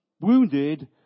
wounded